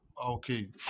Okay